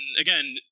again